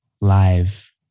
live